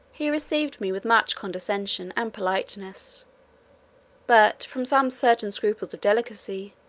he received me with much condescension and politeness but, from some certain scruples of delicacy,